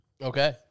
Okay